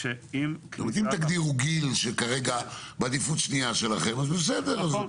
זאת אומרת אם תגדירו גיל שכרגע בעדיפות שנייה שלכם בסדר,